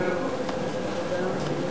אוקיי.